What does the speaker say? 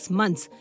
months